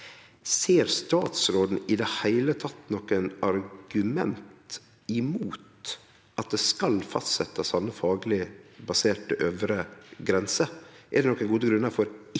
Ser statsråden i det heile nokon argument mot at det skal fastsetjast ei slik fagleg basert øvre grense?